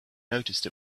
noticed